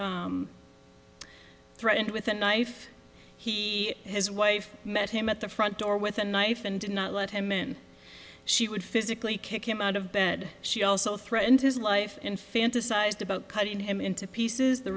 threatened with a knife he his wife met him at the front door with a knife and did not let him in she would physically kick him out of bed she also threatened his life and fantasized about cutting him into pieces the